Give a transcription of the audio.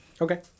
Okay